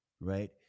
right